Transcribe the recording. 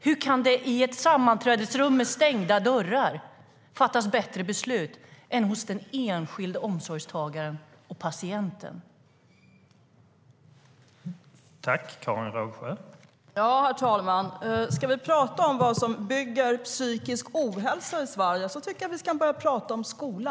Hur kan det i ett sammanträdesrum med stängda dörrar fattas bättre beslut än hos den enskilde omsorgstagaren och patienten?